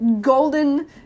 golden